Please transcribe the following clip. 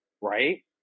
right